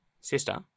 sister